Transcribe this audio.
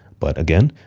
but again,